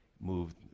moved